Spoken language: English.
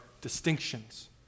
distinctions